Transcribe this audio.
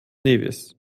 nevis